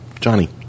Johnny